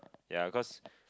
ya cause